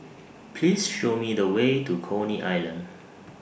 Please Show Me The Way to Coney Island